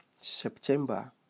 September